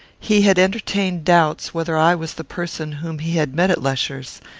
he had entertained doubts whether i was the person whom he had met at lesher's.